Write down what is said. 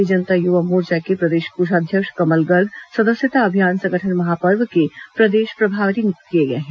भारतीय जनता युवा मोर्चा के प्रदेश कोषाध्यक्ष कमल गर्ग सदस्यता अभियान संगठन महापर्व के प्रदेश प्रभारी नियुक्त किए गए हैं